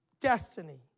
destiny